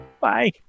Bye